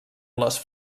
les